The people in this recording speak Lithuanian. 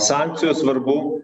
sankcijos svarbu